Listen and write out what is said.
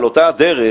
על אותה הדרך,